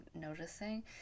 noticing